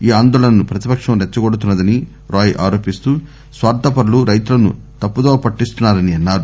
ఈ ఆందోళనను ప్రతిపక్షం రెచ్చగొడుతుందని రాయ్ ఆరోపిస్తూ స్ఫార్ధపరులు రైతులను తప్పుదోవపట్టిస్తున్నారని అన్నారు